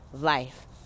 life